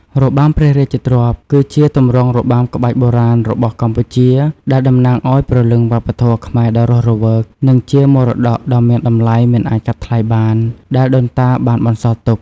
របាំព្រះរាជទ្រព្យ គឺជាទម្រង់របាំក្បាច់បុរាណរបស់កម្ពុជា ដែលតំណាងឲ្យព្រលឹងវប្បធម៌ខ្មែរដ៏រស់រវើក និងជាមរតកដ៏មានតម្លៃមិនអាចកាត់ថ្លៃបាន ដែលដូនតាបានបន្សល់ទុក។